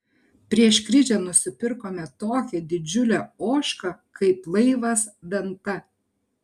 prieš krizę nusipirkome tokią didžiulę ožką kaip laivas venta